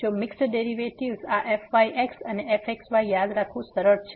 જો mixed derivatives આ fyx અને fxy યાદ રાખવું સરળ છે